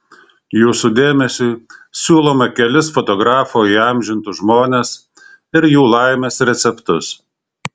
jūsų dėmesiui siūlome kelis fotografo įamžintus žmones ir jų laimės receptus